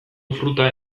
fruta